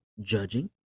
judging